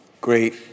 great